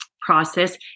process